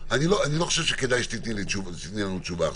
אני לא חושב שכדאי שתיתני לנו תשובה עכשיו.